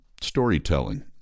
storytelling